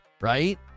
right